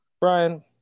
Brian